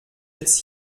jetzt